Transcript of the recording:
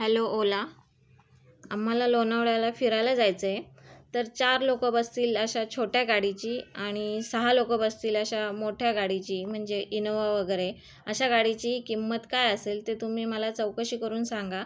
hello Ola आम्हाला लोणावळ्याला फिरायला जायचं आहे तर चार लोक बसतील अशा छोट्या गाडीची आणि सहा लोक बसतील अश्या मोठ्या गाडीची म्हणजे इनोवा वगैरे अशा गाडीची किंमत काय असेल ते तुम्ही मला चौकशी करून सांगा